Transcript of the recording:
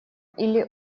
или